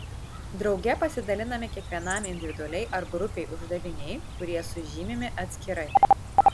drauge pasidalinami kiekvienam individualiai ar grupei uždaviniai kurie sužymimi atskirai